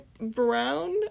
Brown